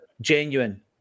genuine